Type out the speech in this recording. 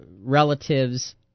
relatives